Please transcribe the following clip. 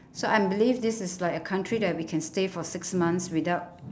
so I'm believe this is like a country that we can stay for six months without